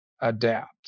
adapt